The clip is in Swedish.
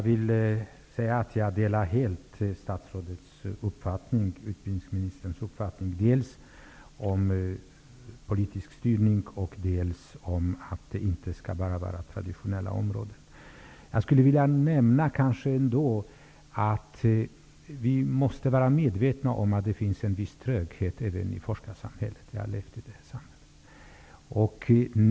Herr talman! Jag delar helt utbildningsministerns uppfattning dels om politisk styrning, dels om att det inte bara skall omfatta traditionella områden. Vi måste vara medvetna om att det finns en viss tröghet även i forskarsamhället. Jag har levt i det samhället.